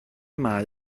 mae